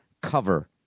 cover